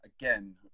again